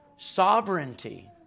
sovereignty